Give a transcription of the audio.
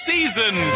Season